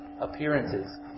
appearances